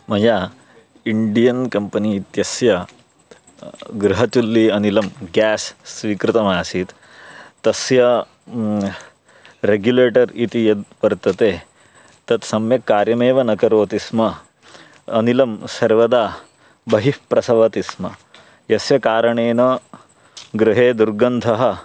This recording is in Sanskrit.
मया इण्डियन् कम्पनी इत्यस्य गृहचुल्ली अनिलं गेस् स्वीकृतमासीत् तस्य रेग्युलेटर् इति यत् वर्तते तत् सम्यक् कार्यमेव न करोति स्म अनिलं सर्वदा बहिः प्रसवति स्म यस्य कारणेन गृहे दुर्गन्धः